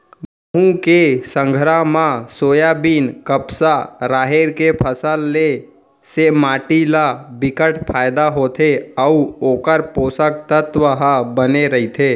गहूँ के संघरा म सोयाबीन, कपसा, राहेर के फसल ले से माटी ल बिकट फायदा होथे अउ ओखर पोसक तत्व ह बने रहिथे